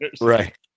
right